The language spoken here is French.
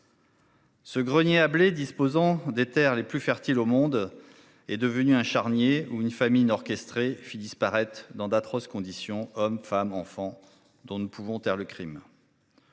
Ce grenier à blé disposant des Terres les plus fertiles au monde, est devenue un charnier où une famille orchestrée fit disparaître dans d'atroces conditions, hommes, femmes enfants dont ne pouvons taire le Crime.